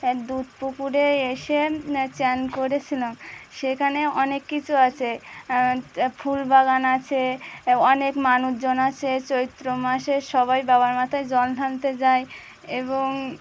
দুধ পুকুরে এসে চান করেছিলাম সেখানে অনেক কিছু আছে ফুল বাগান আছে অনেক মানুষজন আছে চৈত্র মাসে সবাই বাবার মাথায় জল ধালতে যায় এবং